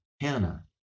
Hannah